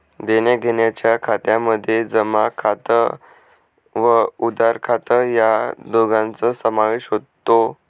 देण्याघेण्याच्या खात्यामध्ये जमा खात व उधार खात या दोघांचा समावेश होतो